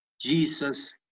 Jesus